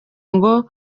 ngo